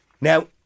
Now